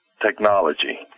technology